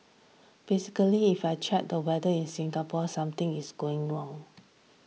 basically if I check the weather in Singapore something is gone wrong